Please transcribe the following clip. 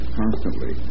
constantly